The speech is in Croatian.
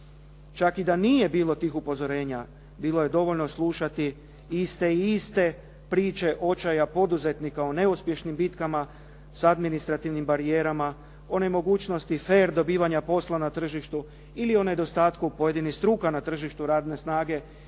Čak i da nije bilo tih upozorenja, bilo je dovoljno slušati iste i iste priče očaja poduzetnika o neuspješnim bitkama s administrativnim barijerama, o nemogućnosti fer dobivanja posla na tržištu ili o nedostatku pojedinih struka na tržištu radne snage